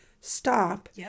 stop